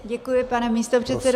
Děkuji, pane místopředsedo.